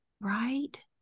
Right